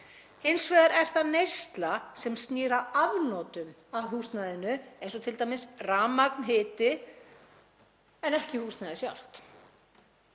Hins vegar er það neysla sem snýr að afnotum af húsnæðinu, eins og t.d. rafmagn og hiti, en ekki húsnæðið sjálft.